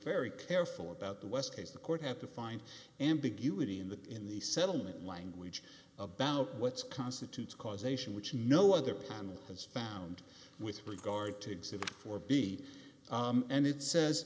very careful about the west case the court had to find ambiguity in the in the settlement language about what's constitutes causation which no other panel has found with regard to exhibit four b and it says